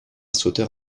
sauteur